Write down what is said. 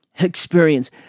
experience